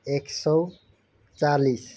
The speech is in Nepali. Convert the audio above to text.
एक सौ चालिस